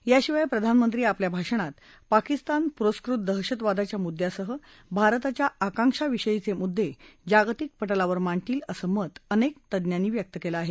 याशिवाय प्रधानमंत्री आपल्या भाषणात पाकिस्तान पुरस्कृत दहशतवादाच्या मुद्यासह भारताच्या आकांक्षांविषयीचे मुद्दे जागतिक पटलावर मांडतील असं मत अनेक तज्ञांनी व्यक्त केलं आहे